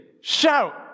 Shout